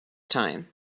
time